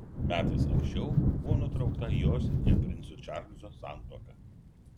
metais anksčiau buvo nutraukta jos ir princo čarlzo santuoka